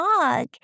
dog